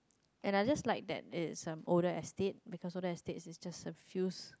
and I just like that it is some older estate because older estate is just a few